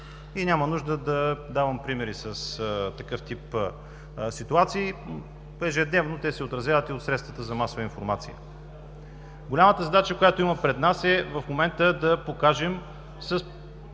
Няма нужда да давам примери с такъв тип ситуации, ежедневно те се отразяват от средствата за масова информация. Голямата задача, която има пред нас, е да покажем в